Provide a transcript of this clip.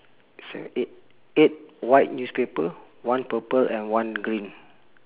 eight eight white newspaper one purple and one green